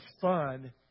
fun